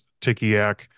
Tikiak